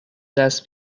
دست